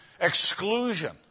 Exclusion